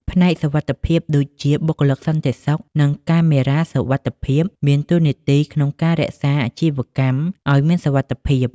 ផ្នែកសុវត្ថិភាពដូចជាបុគ្គលិកសន្តិសុខ និងកាមេរ៉ាសុវត្ថិភាព មានតួនាទីក្នុងការរក្សាអាជីវកម្មឲ្យមានសុវត្ថិភាព។